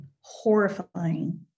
horrifying